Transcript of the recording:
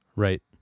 Right